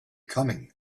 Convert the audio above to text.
coming